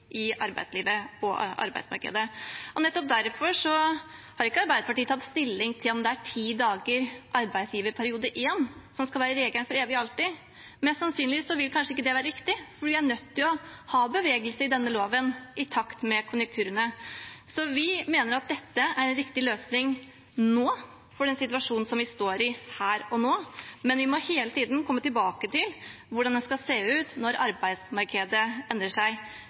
arbeidslivet og i arbeidsmarkedet. Nettopp derfor har ikke Arbeiderpartiet tatt stilling til om det er 10 dager for arbeidsgiverperiode I som skal være regelen for evig og alltid. Mest sannsynlig vil ikke det være riktig. Vi er nødt til å ha bevegelse i denne loven, i takt med konjunkturene. Så vi mener at dette er riktig løsning nå, for den situasjonen vi står i her og nå, men vi må hele tiden komme tilbake til hvordan den skal se ut når arbeidsmarkedet endrer seg.